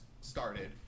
started